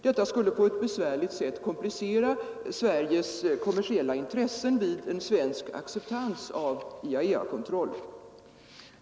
Detta skulle på ett besvärligt sätt komplicera Sveriges kommersiella intressen vid ett svenskt accepterande av IAEA-kontroll.